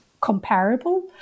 comparable